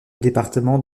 département